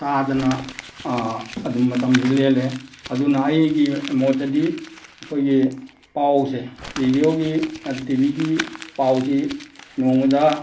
ꯇꯥꯗꯅ ꯑꯗꯨꯝ ꯃꯇꯝꯁꯤ ꯂꯦꯜꯂꯦ ꯑꯗꯨꯅ ꯑꯩꯒꯤ ꯃꯣꯠꯇꯗꯤ ꯑꯩꯈꯣꯏꯒꯤ ꯄꯥꯎꯁꯦ ꯔꯦꯗꯤꯌꯣꯒꯤ ꯇꯤ ꯚꯤꯒꯤ ꯄꯥꯎꯁꯤ ꯅꯣꯡꯃꯗ